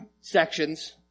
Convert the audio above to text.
sections